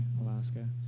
Alaska